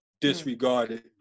disregarded